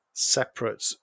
separate